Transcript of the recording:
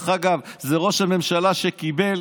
דרך אגב, זה ראש הממשלה שקיבל